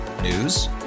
News